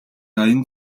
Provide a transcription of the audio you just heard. аян